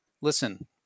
Listen